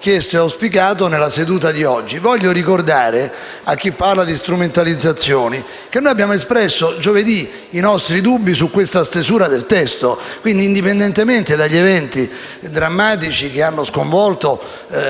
chiesto e auspicato nella seduta di oggi. Voglio ricordare, a chi parla di strumentalizzazioni, che noi avevamo già espresso giovedì i nostri dubbi su questa stesura del testo, quindi indipendentemente dagli eventi drammatici che hanno sconvolto